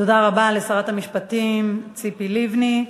תודה רבה לשרת המשפטים ציפי לבני.